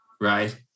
right